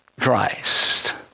Christ